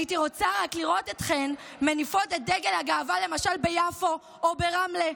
הייתי רוצה רק לראות אתכן מניפות את דגל הגאווה למשל ביפו או ברמלה,